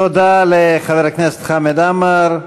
תודה לחבר הכנסת חמד עמאר.